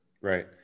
Right